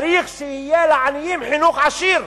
צריך שיהיה לעניים חינוך עשיר,